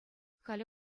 халӗ